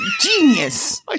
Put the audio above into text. genius